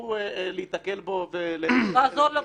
וישמחו להיתקל בו --- לעזור לו במשימה.